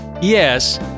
Yes